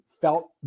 felt